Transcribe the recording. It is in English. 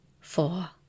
four